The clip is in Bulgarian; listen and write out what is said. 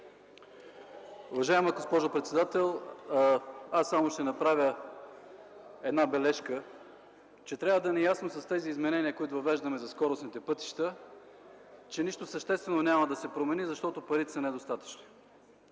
Уважаема госпожо председател, аз само ще направя една бележка – трябва да ни е ясно с измененията, които въвеждаме за скоростните пътища, че нищо съществено няма да се промени, защото парите са недостатъчни.